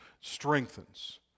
strengthens